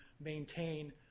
maintain